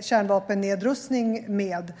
kärnvapennedrustning med.